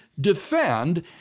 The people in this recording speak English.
defend